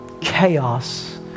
chaos